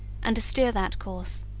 and to steer that course,